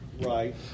Right